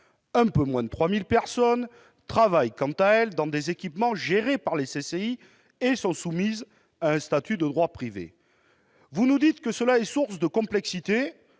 Un peu moins de 3 000 personnes travaillent quant à elles dans des équipements gérés par les CCI et sont soumises à un statut de droit privé. Vous nous dites que cela est source de complexité.